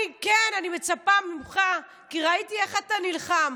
כן, אני מצפה ממך, כי ראיתי איך אתה נלחם.